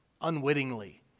unwittingly